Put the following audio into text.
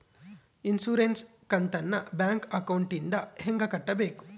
Insurance ಕಂತನ್ನ bank ಅಕೌಂಟಿಂದ ಹೆಂಗ ಕಟ್ಟಬೇಕು?